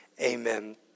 amen